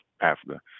Africa